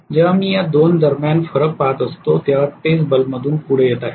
जेव्हा मी या दोन दरम्यान फरक पहात असतो तेव्हा तेच बल्बमधून पुढे येत आहे